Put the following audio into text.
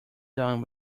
done